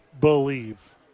believe